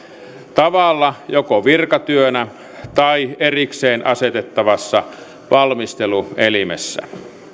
tavalla joko virkatyönä tai erikseen asetettavassa valmisteluelimessä